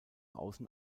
außen